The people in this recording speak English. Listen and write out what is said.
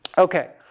okay.